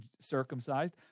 circumcised